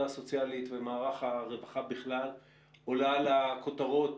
הסוציאלית ומערך הרווחה בכלל עולה לכותרות